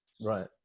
Right